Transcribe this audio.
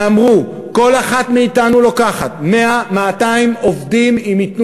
ואמרו: כל אחת מאתנו לוקחת 100 200 עובדים אם ייתנו